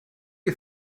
you